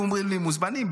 היו אומרים לי: מוזמנים,